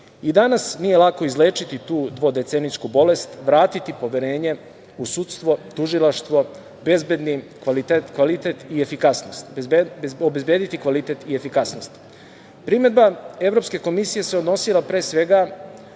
I danas nije lako izlečiti tu dvodecenijsku bolest, vratiti poverenje u sudstvo, tužilaštvo, obezbediti kvalitet i efikasnost. Primedba Evropske komisije se odnosila pre svega